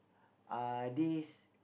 uh this